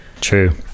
true